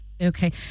Okay